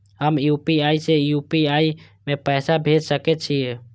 हम यू.पी.आई से यू.पी.आई में पैसा भेज सके छिये?